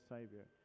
Savior